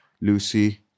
lucy